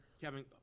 Kevin